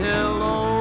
Hello